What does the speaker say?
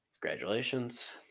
Congratulations